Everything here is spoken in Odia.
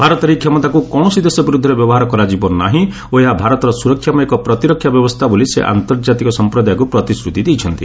ଭାରତର ଏହି କ୍ଷମତାକୁ କୌଣସି ଦେଶ ବିରୁଦ୍ଧରେ ବ୍ୟବହାର କରାଯିବ ନାହିଁ ଓ ଏହା ଭାରତର ସୁରକ୍ଷା ପାଇଁ ଏକ ପ୍ରତିରକ୍ଷା ବ୍ୟବସ୍ଥା ବୋଲି ସେ ଆର୍ନ୍ତଜାତିକ ସମ୍ପ୍ରଦାୟକୁ ପ୍ରତିଶୁତି ଦେଇଛନ୍ତି